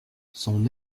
son